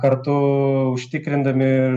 kartu užtikrindami ir